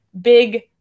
big